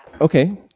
okay